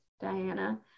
Diana